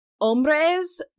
Hombres